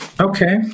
Okay